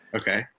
Okay